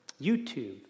YouTube